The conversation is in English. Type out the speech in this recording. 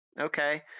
Okay